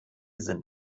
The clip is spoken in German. sind